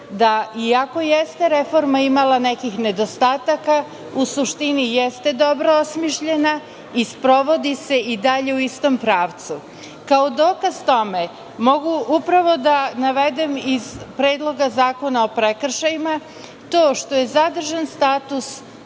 da iako jeste reforma imala nekih nedostataka, u suštini jeste dobro osmišljena i sprovodi se i dalje u istom pravcu. Kao dokaz tome, mogu upravo da navedem iz Predloga zakona o prekršajima to što je zadržan status